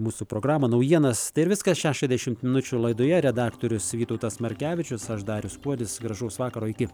mūsų programą naujienas tai ir viskas šešiasdešimt minučių laidoje redaktorius vytautas markevičius aš darius kuodis gražaus vakaro iki